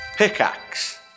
pickaxe